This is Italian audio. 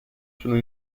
sono